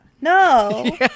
No